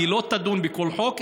היא לא תדון בכל חוק,